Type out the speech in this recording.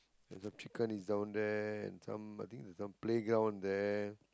there is a pecan is down there and some I think there is some playground there